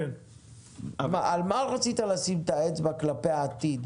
על מה רצית לשים את האצבע כלפי העתיד?